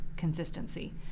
consistency